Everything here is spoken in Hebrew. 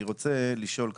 אני רוצה לשאול ככה.